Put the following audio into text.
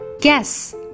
Guess